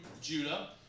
Judah